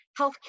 healthcare